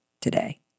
today